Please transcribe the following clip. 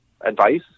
advice